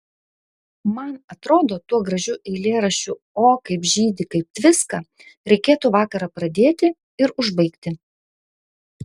man atrodo tuo gražiu eilėraščiu o kaip žydi kaip tviska reikėtų vakarą pradėti ir užbaigti